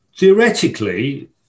Theoretically